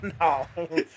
No